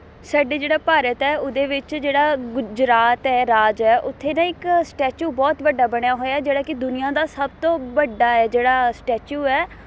ਸਾਡੇ ਜਿਹੜਾ ਭਾਰਤ ਹੈ ਉਹਦੇ ਵਿੱਚ ਜਿਹੜਾ ਗੁਜਰਾਤ ਹੈ ਰਾਜ ਹੈ ਉੱਥੇ ਨਾ ਇੱਕ ਸਟੈਚੂ ਬਹੁਤ ਵੱਡਾ ਬਣਿਆ ਹੋਇਆ ਜਿਹੜਾ ਕਿ ਦੁਨੀਆਂ ਦਾ ਸਭ ਤੋਂ ਵੱਡਾ ਹੈ ਜਿਹੜਾ ਸਟੈਚੂ ਹੈ